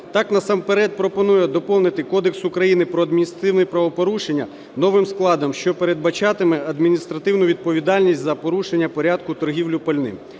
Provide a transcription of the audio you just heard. Так, насамперед пропоную доповнити Кодекс України про адміністративні правопорушення новим складом, що передбачатиме адміністративну відповідальність за порушення порядку торгівлі пальним.